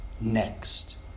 next